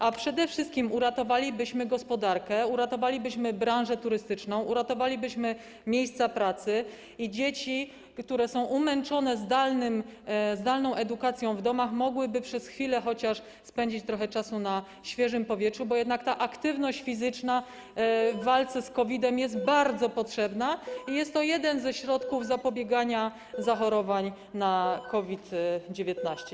A przede wszystkim uratowalibyśmy gospodarkę, uratowalibyśmy branżę turystyczną, uratowalibyśmy miejsca pracy i dzieci, które są umęczone zdalną edukacją w domach, mogłyby przez chwilę chociaż spędzić trochę czasu na świeżym powietrzu, bo jednak aktywność fizyczna w walce z COVID-em jest bardzo potrzebna i jest to jeden ze środków zapobiegania zachorowaniom na COVID-19.